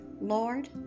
Lord